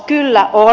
kyllä on